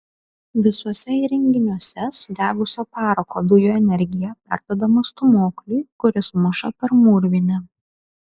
visuose įrenginiuose sudegusio parako dujų energija perduodama stūmokliui kuris muša per mūrvinę